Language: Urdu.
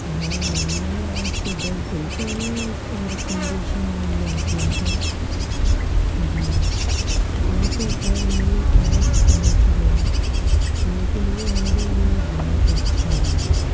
ہاں میں نے آج سے دس دن پہلے ایک ایئرکنڈیشن آن لائن کیا تھا جی وہ تو خیر میرے پاس پہنچ گئی لیکن وہ میرے لیے بہت اچھا رہا